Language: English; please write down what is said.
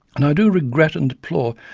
and i do regret and deplore